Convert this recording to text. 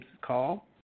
call